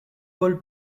paul